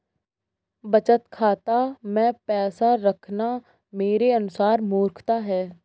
बचत खाता मैं पैसा रखना मेरे अनुसार मूर्खता है